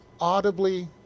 audibly